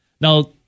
Now